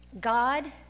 God